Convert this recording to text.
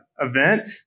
event